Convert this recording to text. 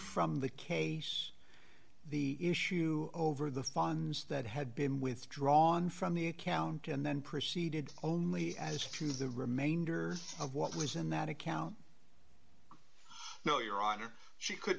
from the case the issue over the funds that had been withdrawn from the account and then proceeded only as to the remainder of what was in that account no your honor she could